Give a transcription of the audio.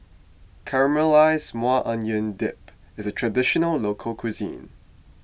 Caramelized Maui Onion Dip is a Traditional Local Cuisine